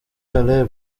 caleb